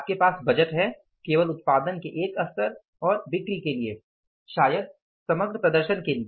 आपके पास बजट है केवल उत्पादन के एक स्तर और बिक्री के लिए शायद समग्र प्रदर्शन के लिए